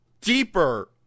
deeper